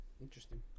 interesting